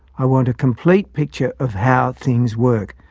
i want a complete picture of how things work.